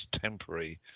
temporary